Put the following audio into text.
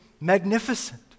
magnificent